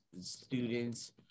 students